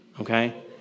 okay